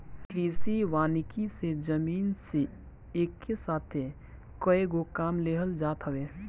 कृषि वानिकी से जमीन से एके साथ कएगो काम लेहल जात हवे